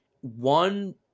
one